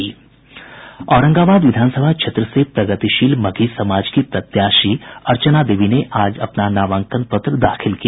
औरंगाबाद विधानसभा क्षेत्र से प्रगतिशील मगही समाज की प्रत्याशी अर्चना देवी ने आज नामांकन पत्र दाखिल किया